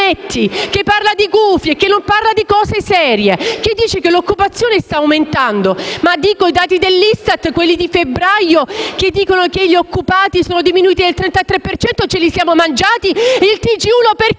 che parla di gufi e che non parla di cose serie. Ci dice che l'occupazione sta aumentando. Ma dico, i dati dell'ISTAT, quelli di febbraio, che dicono che gli occupati sono diminuiti del 33 per cento ce li siamo mangiati? Il TG1 perché